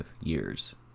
years